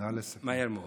מהר מאוד.